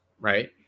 right